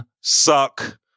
suck